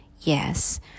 yes